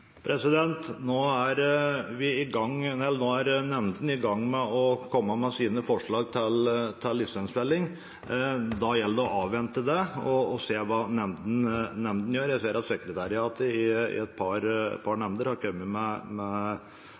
rovdyrpolitikken? Nå er nemndene i gang med å komme med sine forslag til lisensfelling. Da gjelder det å avvente det og se hva nemndene gjør. Jeg ser at sekretariatet i et par nemnder har kommet med